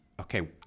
Okay